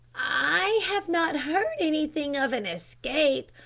i have not heard anything of an escape.